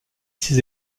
ses